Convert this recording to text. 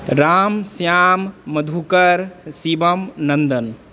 Ram Shyam Madhukar Shivam Nandan